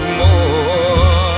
more